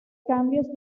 cambios